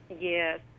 Yes